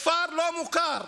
לכפר לא מוכר